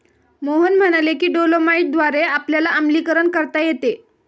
मोहन म्हणाले की डोलोमाईटद्वारे आपल्याला आम्लीकरण करता येते